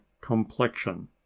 complexion